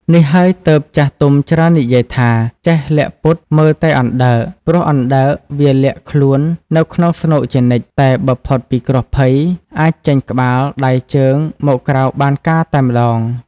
នេះហើយទើបចាស់ទុំច្រើននិយាយថា "ចេះលាក់ពុតមើលតែអណ្ដើក" ព្រោះអណ្ដើកវាលាក់ខ្លួននៅក្នុងស្នូកជានិច្ច តែបើផុតពីគ្រោះភ័យ អាចចេញក្បាល ដៃ ជើង មកក្រៅបានការតែម្តង។